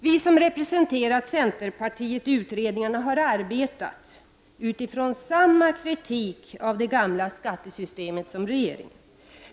Vi som representerat centerpartiet i utredningarna har arbetat utifrån samma kritik av det gamla skattesystemet som regeringen.